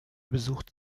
besuchte